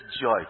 joy